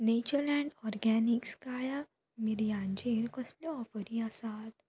Natureland Organics काळ्या मिऱ्यांचेर कसल्यो ऑफरी आसात